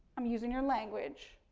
i'm using your language.